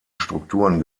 strukturen